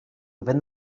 within